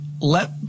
let